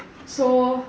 so